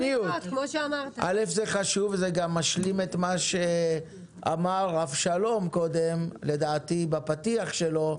זה חשוב וזה גם משלים את מה שאמר אבשלום קודם בפתיח שלו,